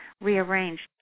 rearranged